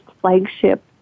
flagship